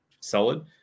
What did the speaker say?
solid